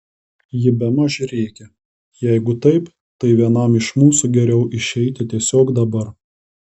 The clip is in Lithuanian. ji bemaž rėkė jeigu taip tai vienam iš mūsų geriau išeiti tiesiog dabar